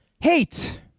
hate